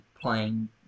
playing